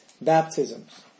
baptisms